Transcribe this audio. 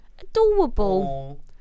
Adorable